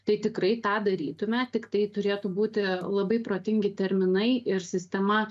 tai tikrai tą darytume tiktai turėtų būti labai protingi terminai ir sistema